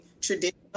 traditional